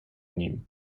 nim